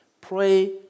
pray